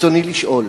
רצוני לשאול: